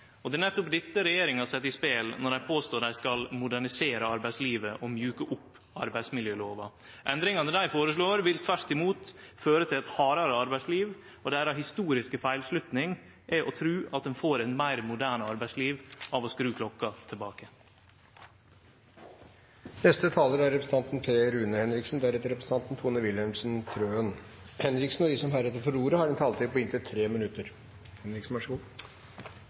nyskaping. Det er nettopp dette regjeringa set på spel når dei påstår at dei skal modernisere arbeidslivet og mjuke opp arbeidsmiljølova. Endringane dei føreslår, vil tvert imot føre til eit hardare arbeidsliv, og den historiske feilslutninga deira er å tru at ein får eit meir moderne arbeidsliv av å skru klokka tilbake. De talere som heretter får ordet, har en taletid på inntil